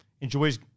enjoys